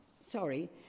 sorry